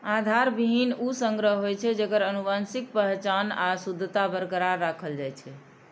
आधार बीहनि ऊ संग्रह होइ छै, जेकर आनुवंशिक पहचान आ शुद्धता बरकरार राखल जाइ छै